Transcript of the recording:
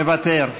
מוותר,